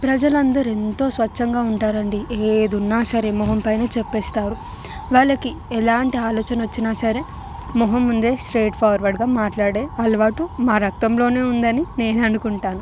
ప్రజలందరూ ఎంతో స్వచ్ఛంగా ఉంటారండి ఏదున్నా సరే మొహం పైన చెప్పేస్తారు వాళ్ళకి ఎలాంటి ఆలోచన వచ్చినా సరే మొహం ముందే స్ట్రెయిట్ ఫార్వర్డ్గా మాట్లాడే అలవాటు మా రక్తంలోనే ఉందని నేను అనుకుంటాను